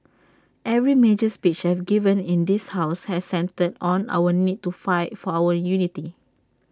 every major speech I've given in this house has centred on our need to fight for our unity